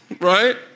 Right